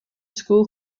school